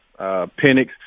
Penix